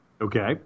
Okay